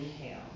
Inhale